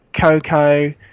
Coco